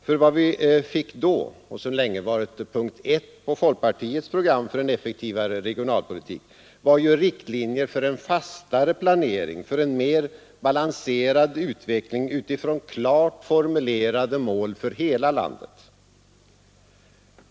För vad vi fick då — och som länge varit punkt 1 på folkpartiets program för en effektivare regionalpolitik — var ju riktlinjer för en fastare planering, för en mer balanserad utveckling utifrån klart formulerade mål för hela landet.